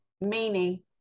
meaning